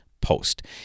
post